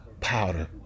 powder